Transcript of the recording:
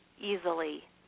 easily